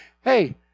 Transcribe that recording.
Hey